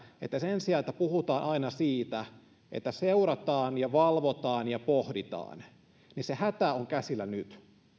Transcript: että puhutaan aina siitä että seurataan ja valvotaan ja pohditaan ymmärrettäisiin se että hätä on käsillä nyt